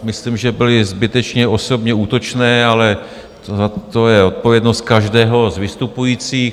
Myslím, že byla zbytečně osobně útočná, ale to je odpovědnost každého z vystupujících.